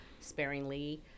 sparingly